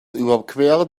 überqueren